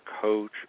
coach